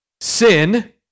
Sin